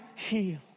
healed